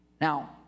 Now